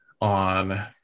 on